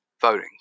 voting